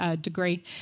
degree